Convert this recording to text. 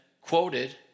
quoted